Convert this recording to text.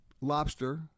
lobster